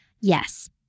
Yes